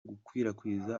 gukwirakwiza